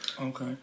Okay